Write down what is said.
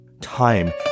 Time